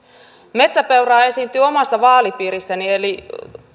metsäpeuraa esiintyy omassa vaalipiirissäni eli